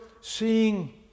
seeing